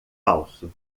falso